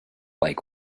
like